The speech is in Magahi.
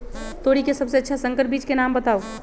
तोरी के सबसे अच्छा संकर बीज के नाम बताऊ?